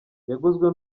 yaguzwe